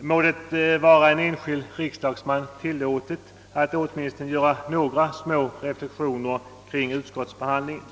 må det vara en enskild riksdagsman tillåtet att åtminstone göra några små reflexioner kring utskottsbehandlingen.